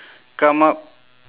come up